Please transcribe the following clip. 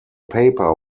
paper